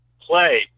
play